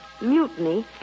mutiny